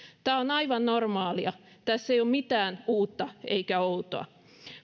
tämä on aivan normaalia tässä ei ole mitään uutta eikä outoa